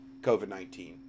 COVID-19